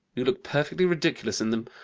you look perfectly ridiculous in them.